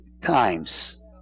times